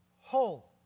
whole